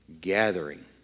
gathering